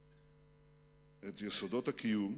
את יסודות הקיום.